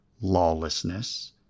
lawlessness